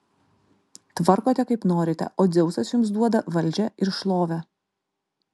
tvarkote kaip norite o dzeusas jums duoda valdžią ir šlovę